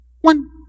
one